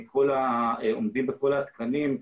עומדים בכל התקנים,